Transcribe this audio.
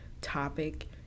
topic